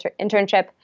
internship